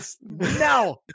no